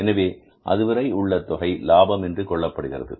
எனவே அதுவரை உள்ள தொகை லாபம் என்று கொள்ளப்படுகிறது